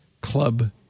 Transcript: club